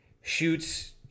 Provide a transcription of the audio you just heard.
shoots